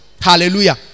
Hallelujah